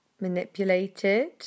manipulated